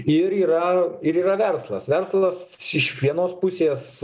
ir yra ir yra verslas verslas iš vienos pusės